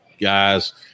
guys